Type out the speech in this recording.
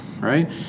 right